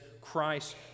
Christ